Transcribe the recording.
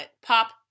pop